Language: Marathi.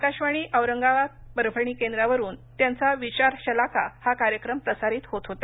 आकाशवाणीच्या औरंगाबाद परभणी केंद्रावरून त्यांचा विचारशलाका हा कार्यक्रम प्रसारित होत होता